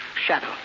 Shadow